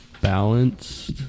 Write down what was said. balanced